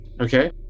Okay